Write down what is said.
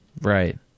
Right